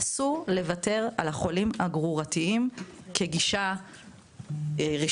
אסור לוותר על החולים הגרורתיים כגישה רשמית,